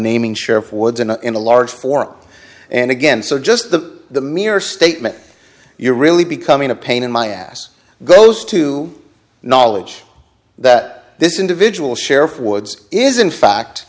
naming sheriff woods in a in a large four and again so just the mere statement you're really becoming a pain in my ass goes to knowledge that this individual sheriff woods is in fact